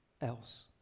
else